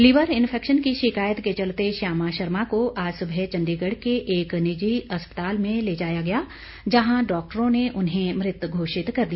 liver infection की शिकायत के चलते श्यामा शर्मा को आज सुबह चंडीगढ़ के एक निजी अस्पताल में ल जाया गया जहां डॉक्टरों ने उन्हें मृत घोषित कर दिया